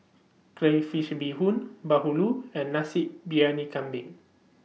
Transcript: Crayfish Beehoon Bahulu and Nasi Briyani Kambing